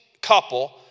couple